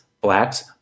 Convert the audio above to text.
blacks